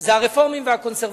זה הרפורמים והקונסרבטיבים.